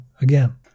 again